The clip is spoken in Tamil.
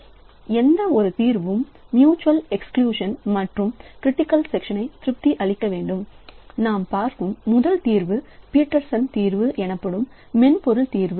எனவே எந்த ஒரு தீர்வும் மியூச்சுவல் எக்ஸ்கிளியூஷன் மற்றும் க்ரிட்டிக்கல் செக்ஷன் திருப்தி அளிக்க வேண்டும் நாம் பார்க்கும் முதல் தீர்வு பீட்டர்சன் தீர்வு எனப்படும் மென்பொருள் தீர்வு